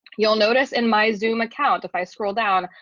you'll notice in my zoom account, if i scroll down,